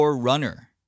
runner